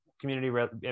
community